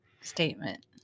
statement